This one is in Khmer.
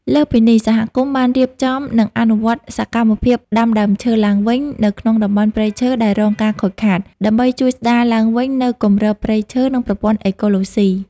លើសពីនេះ សហគមន៍បានរៀបចំ និងអនុវត្តសកម្មភាពដាំដើមឈើឡើងវិញនៅក្នុងតំបន់ព្រៃឈើដែលរងការខូចខាត ដើម្បីជួយស្ដារឡើងវិញនូវគម្របព្រៃឈើ និងប្រព័ន្ធអេកូឡូស៊ី។